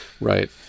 Right